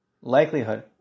likelihood